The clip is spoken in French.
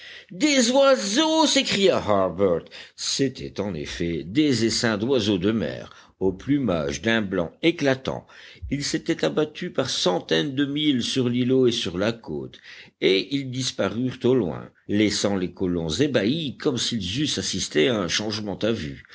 des oiseaux s'écria harbert c'étaient en effet des essaims d'oiseaux de mer au plumage d'un blanc éclatant ils s'étaient abattus par centaines de mille sur l'îlot et sur la côte et ils disparurent au loin laissant les colons ébahis comme s'ils eussent assisté à un changement à vue